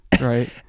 Right